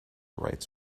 rights